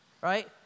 right